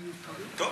טוב.